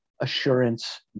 assurance